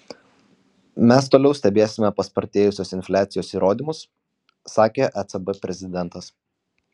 mes toliau stebėsime paspartėjusios infliacijos įrodymus sakė ecb prezidentas